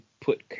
put